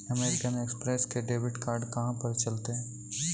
American express के debit card कहाँ पर चलते हैं?